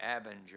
avenger